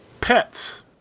Pets